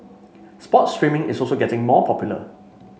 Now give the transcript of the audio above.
sports streaming is also getting more popular